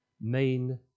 main